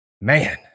Man